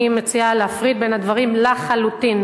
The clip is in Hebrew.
אני מציעה להפריד בין הדברים לחלוטין.